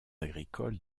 agricoles